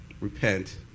repent